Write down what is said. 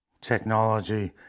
technology